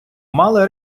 мали